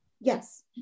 Yes